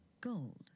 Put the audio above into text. Gold